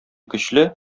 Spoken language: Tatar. көчле